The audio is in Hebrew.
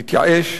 תתייאש,